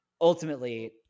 ultimately